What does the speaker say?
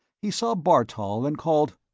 he saw bartol and called,